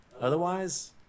otherwise